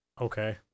Okay